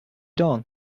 done